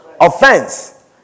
Offense